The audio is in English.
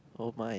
oh my